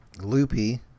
loopy